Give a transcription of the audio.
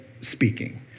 speaking